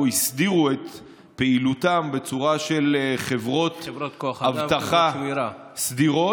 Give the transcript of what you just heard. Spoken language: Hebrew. הסדירו את פעילותם בצורה של חברות אבטחה סדירות,